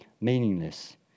meaningless